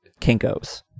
kinkos